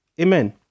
Amen